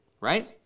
right